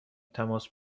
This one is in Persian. تماس